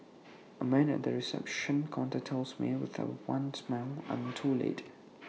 A man at the reception counter tells me with A wan smile I am too late